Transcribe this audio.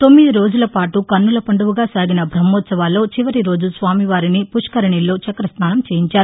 తొమ్మిది రోజులపాటు కన్నులపండువగా సాగిన బ్రహ్మోత్సవాల్లో చివరి రోజు స్వామివారిని పుష్కరిణిలో చక్రస్నానం చేయించారు